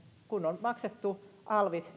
kun on maksettu alvit